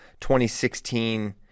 2016